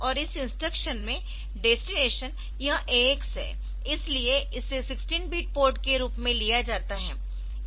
और इस इंस्ट्रक्शन में डेस्टिनेशन यह AX है इसलिए इसे 16 बिट पोर्ट के रूप में लिया जाता है